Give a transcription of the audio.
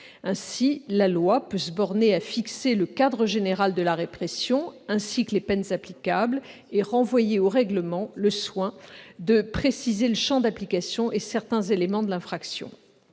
Ainsi, la loi peut se borner à fixer le cadre général de la répression, ainsi que les peines applicables, et renvoyer au règlement le soin de préciser le champ d'application et certains éléments de l'infraction.